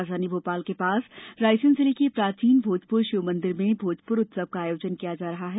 राजधानी भोपाल के पास रायसेन जिले के प्राचीन भोजपुर शिव मंदिर में भोजपुर उत्सव का आयोजन किया जा रहा है